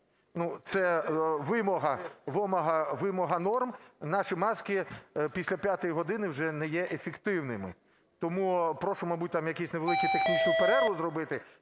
Це вимога норм. Наші маски після 5 години вже не є ефективними. Тому просимо, мабуть, там якусь невелику технічну перерву зробити,